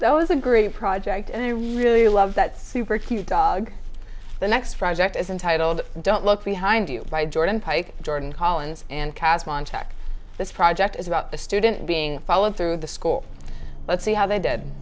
those a great project and i really love that super cute dog the next project is entitled don't look behind you by jordan pike jordan collins and cass montauk this project is about the student being fallen through the school let's see how they did